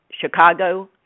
Chicago